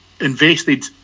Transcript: invested